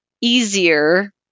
easier